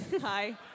Hi